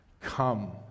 Come